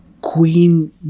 queen